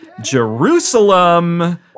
Jerusalem